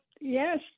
yes